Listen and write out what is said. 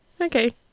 Okay